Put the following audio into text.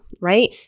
right